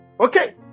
Okay